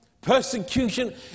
Persecution